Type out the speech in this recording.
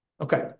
Okay